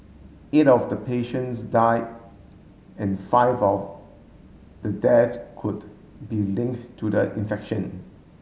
eight of the patients die and five of the death could be link to the infection